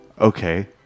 Okay